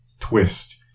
twist